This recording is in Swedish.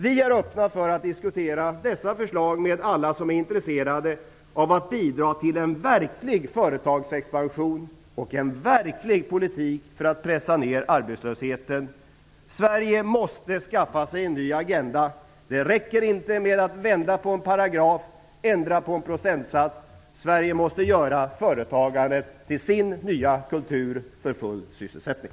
Vi är öppna för att diskutera dessa förslag med alla som är intresserade av att bidra till en verklig företagsexpansion och en verklig politik för att pressa ned arbetslösheten. Sverige måste skaffa sig en ny agenda. Det räcker inte med att vända på en paragraf eller ändra på en procentsats. Sverige måste göra företagandet till sin nya kultur för full sysselsättning.